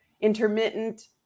intermittent